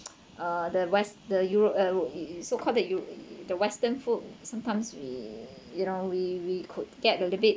uh the west~ the eu~ uh so called th~ the western food sometimes we you know we we could get a little bit